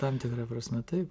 tam tikra prasme taip